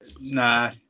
Nah